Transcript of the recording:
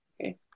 Okay